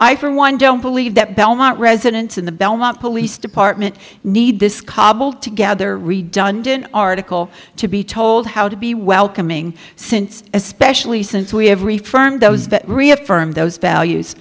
i for one don't believe that belmont residents in the belmont police department need this cobbled together redundant article to be told how to be welcoming since especially since we have refer me those that reaffirm those values